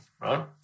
right